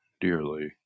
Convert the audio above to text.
dearly